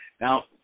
Now